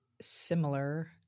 similar